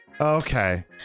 Okay